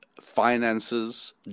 finances